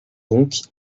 donc